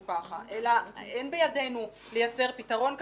כך אלא אין בידינו לייצר פתרון כזה.